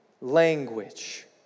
language